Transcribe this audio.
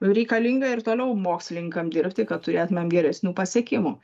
reikalinga ir toliau mokslininkam dirbti kad turėtumėm geresnių pasiekimų